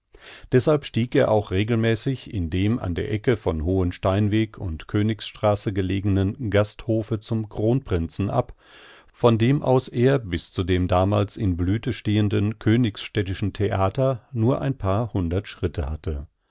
deßhalb stieg er auch regelmäßig in dem an der ecke von hohen steinweg und königsstraße gelegenen gasthofe zum kronprinzen ab von dem aus er bis zu dem damals in blüthe stehenden königsstädtischen theater nur ein paar hundert schritte hatte